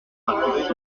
participe